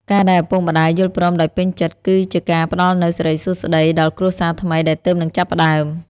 ការដែលឪពុកម្ដាយយល់ព្រមដោយពេញចិត្ត គឺជាការផ្ដល់នូវ "សិរីសួស្តី" ដល់គ្រួសារថ្មីដែលទើបនឹងចាប់ផ្តើម។